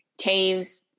Taves